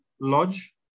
lodge